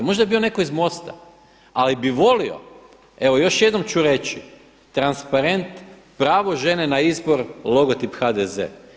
Možda je bio netko iz MOST-a ali bih volio, evo još jednom ću reći transparent, pravo žene na izbor, logotip HDZ.